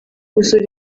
gusura